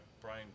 Brian